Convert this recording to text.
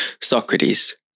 Socrates